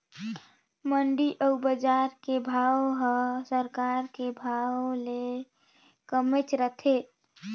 मंडी अउ बजार के भाव हर सरकार के भाव ले कमेच रथे